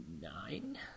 nine